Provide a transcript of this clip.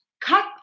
cut